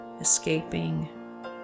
escaping